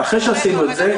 אחרי שעשינו את זה,